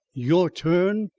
your turn!